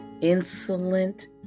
insolent